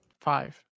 five